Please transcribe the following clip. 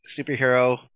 superhero